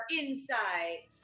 inside